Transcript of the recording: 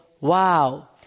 wow